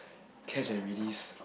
catch and release